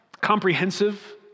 comprehensive